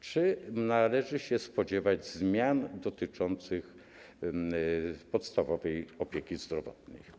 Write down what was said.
Czy należy się spodziewać zmian dotyczących podstawowej opieki zdrowotnej?